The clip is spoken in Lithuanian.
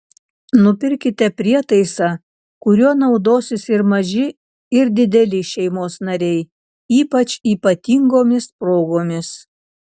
nupirkite prietaisą kuriuo naudosis ir maži ir dideli šeimos nariai ypač ypatingomis progomis